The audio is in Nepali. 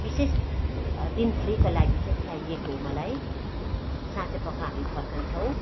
विशेष दिनभरिको लागि चाहिँ चाहिएको हो मलाई साँझपख हामी फर्कन्छौँ